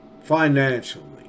Financially